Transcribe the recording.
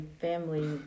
family